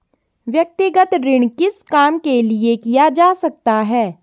व्यक्तिगत ऋण किस काम के लिए किया जा सकता है?